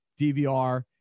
DVR